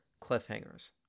cliffhangers